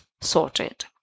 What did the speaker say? sorted